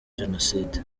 jenoside